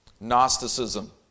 Gnosticism